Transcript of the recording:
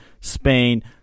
Spain